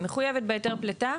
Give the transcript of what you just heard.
היא מחויבת בהיתר פליטה,